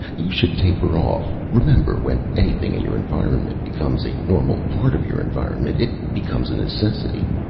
you should taper off. remember, when anything in your environment becomes a normal part of your environment, it becomes a necessity.